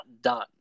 done